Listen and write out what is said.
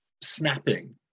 snapping